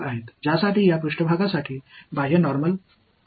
எனவே இந்த மேற்பரப்புகளுக்கு வெளிப்புற இயல்பானது என்ன